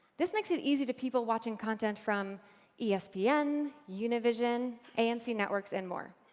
this makes it easy to people watching content from yeah espn, univision, amc networks and more.